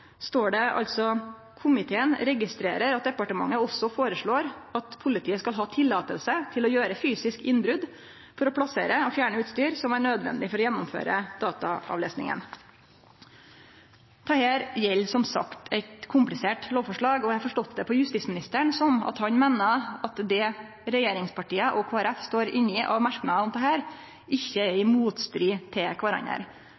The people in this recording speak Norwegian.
står det altså: «Komiteen registrerer at departementet også foreslår at politiet skal ha tillatelse til å gjøre fysisk innbrudd for å plassere og fjerne utstyr som er nødvendig for å gjennomføre dataavlesningen.» Dette gjeld som sagt eit komplisert lovforslag, og eg har forstått det på justisministeren som at han meiner at det regjeringspartia og Kristeleg Folkeparti står bak av merknader til dette, ikkje er